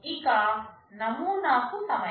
ఇక నమూనా కు సమయం